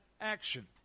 action